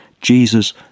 Jesus